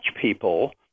people